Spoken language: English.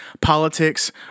politics